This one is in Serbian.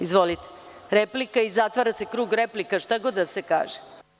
Izvolite, replika i zatvara se krug replika, šta god da se kaže.